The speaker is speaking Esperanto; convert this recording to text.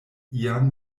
ian